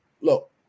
Look